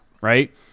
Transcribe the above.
right